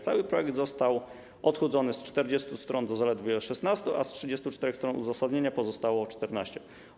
Cały projekt został odchudzony z 40 stron do zaledwie 16, a z 34 stron uzasadnienia pozostało 14.